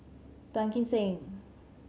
Tan Kim Seng